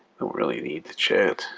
i don't really need the chat,